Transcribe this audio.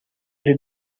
did